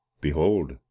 Behold